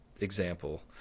example